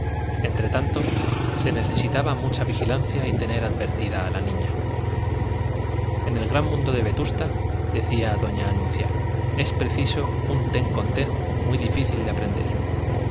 entre tanto se necesitaba mucha vigilancia y tener advertida a la niña en el gran mundo de vetusta decía doña anuncia es preciso un ten con ten muy difícil de aprender